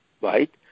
right